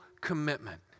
commitment